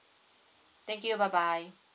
thank you bye bye